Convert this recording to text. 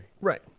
Right